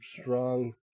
Strong